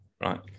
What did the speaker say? right